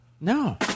No